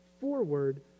forward